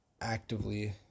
actively